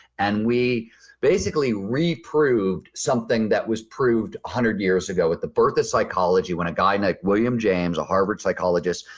and we basically reproved something that was proved one hundred years ago at the birth of psychology when a guy named william james, a harvard psychologist,